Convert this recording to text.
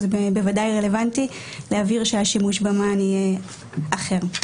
אז זה בוודאי רלוונטי להבהיר שהשימוש בממען יהיה אחר.